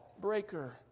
breaker